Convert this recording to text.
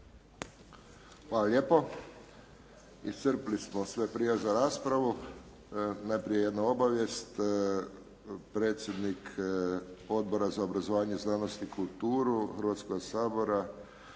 Hvala lijepo. Iscrpili smo sve prijave za raspravu. Najprije jedna obavijest. Predsjednik Odbora za obrazovanje, znanost i kulturu Hrvatskoga sabora,